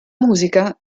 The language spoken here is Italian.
musica